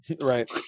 Right